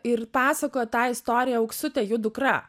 ir pasakojo tą istoriją auksutė jų dukra